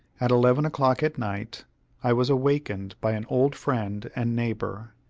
at eleven o'clock at night i was awakened by an old friend and neighbor,